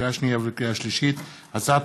לקריאה שנייה ולקריאה שלישית: הצעת